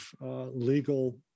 legal